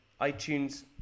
iTunes